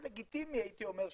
הלגיטימי הייתי אומר,